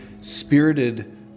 spirited